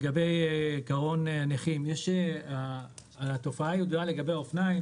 לגבי קרון נכים התופעה של האופניים